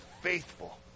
faithful